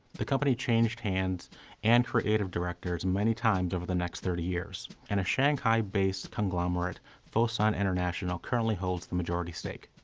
the company changed hands and creative directors many times over the next thirty years, and a shanghai-based conglomerate fosun international currently holds the majority stake.